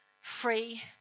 free